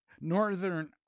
Northern